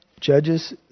Judges